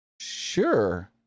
sure